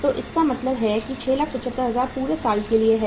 तो इसका मतलब है कि 675000 पूरे साल के लिए है